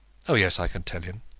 oh, yes i can tell him.